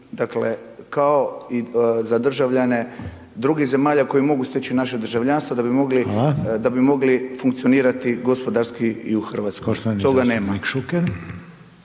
jednaki, kao i za državljane drugih zemalja koje mogu steći naše državljanstvo da bi mogli .../Upadica: Hvala. /... funkcionirati gospodarski i u Hrvatskoj. Toga nema.